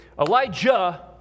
Elijah